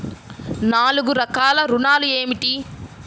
నాలుగు రకాల ఋణాలు ఏమిటీ?